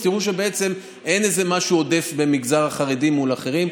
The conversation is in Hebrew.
תראו שבעצם אין איזה משהו עודף במגזר החרדים מול אחרים.